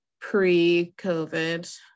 pre-COVID